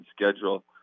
schedule